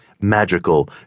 magical